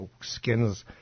skin's